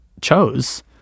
chose